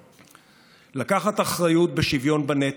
לקחת אחריות בשוויון בנטל,